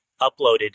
uploaded